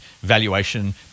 valuation